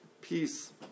peace